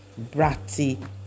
bratty